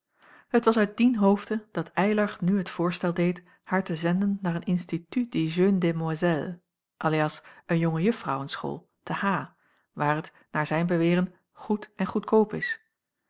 het was uit dien hoofde dat eylar nu het voorstel deed haar te zenden naar een institut de jeunes demoiselles alias een jonge juffrouwen school te h waar t naar zijn beweren goed en goedkoop is